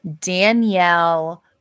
Danielle